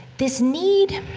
this need